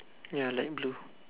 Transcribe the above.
ya light blue